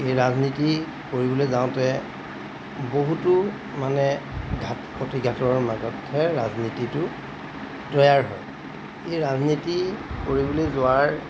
এই ৰাজনীতি কৰিবলৈ যাওঁতে বহুতো মানে ঘাট প্ৰতিঘাটৰ মাজতহে ৰাজনীতিটো তৈয়াৰ হয় এই ৰাজনীতি কৰিবলৈ যোৱাৰ